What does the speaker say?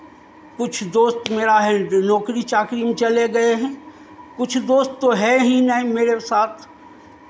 कुछ दोस्त मेरा है जो नौकरी चाकरी में चले गए हैं कुछ दोस्त तो है ही नहीं मेरे साथ